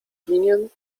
winien